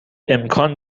امکان